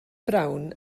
brown